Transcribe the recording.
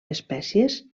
espècies